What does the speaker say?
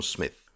Smith